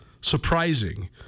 surprising